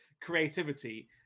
creativity